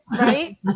right